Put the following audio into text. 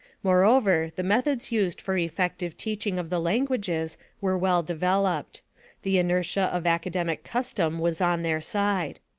moreover, the methods used for effective teaching of the languages were well developed the inertia of academic custom was on their side.